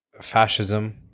fascism